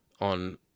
on